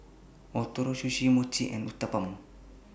Ootoro Sushi Mochi and Uthapam